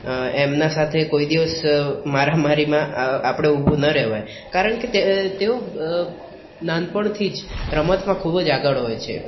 એમના સાથે કોઈ દિવસ મારામારીમાં આપણે ઊભું ન રહેવાય કારણ કે તેઓ નાનપણથી જ રમતમાં ખૂબ જ આગળ હોય છે